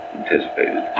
anticipated